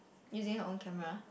using her own camera